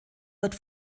wird